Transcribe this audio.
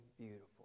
beautiful